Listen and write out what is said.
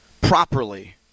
properly